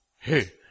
Hey